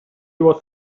was